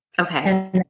Okay